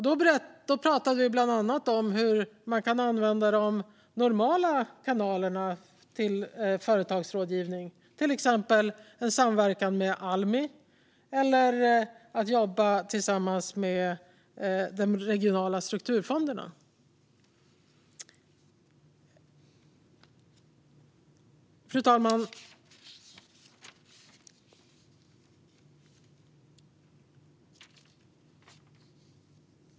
Då pratade vi bland annat om hur man kan använda de normala kanalerna till företagsrådgivning, till exempel en samverkan med Almi eller med de regionala strukturfonderna. Fru talman!